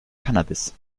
cannabis